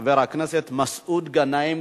חבר הכנסת מסעוד גנאים,